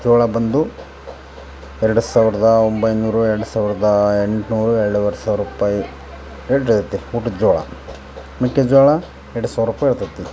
ಜೋಳ ಬಂದು ಎರಡು ಸಾವಿರದ ಒಂಬೈನೂರು ಎರಡು ಸಾವಿರದ ಎಂಟ್ನೂರು ಎರಡುವರೆ ಸಾವ್ರ ರುಪಾಯಿ ರೇಟ್ ಇರ್ತೆ ಊಟದ್ ಜೋಳ ಮೆಕ್ಕೆ ಜೋಳ ಎರಡು ಸಾವ್ರ ರುಪಾಯಿ ಇರ್ತದೆ